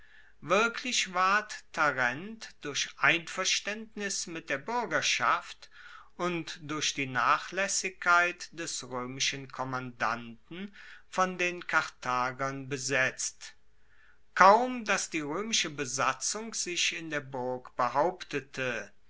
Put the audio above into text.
wirklich ward tarent durch einverstaendnis mit der buergerschaft und durch die nachlaessigkeit des roemischen kommandanten von den karthagern besetzt kaum dass die roemische besatzung sich in der burg behauptete